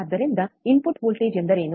ಆದ್ದರಿಂದ input voltage ಎಂದರೇನು